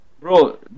bro